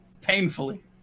Painfully